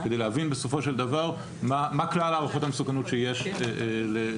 כדי להבין בסופו של דבר מה כלל הערכות המסוכנות שיש לשימוש,